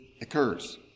Occurs